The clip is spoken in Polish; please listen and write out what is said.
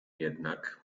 jednak